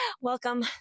Welcome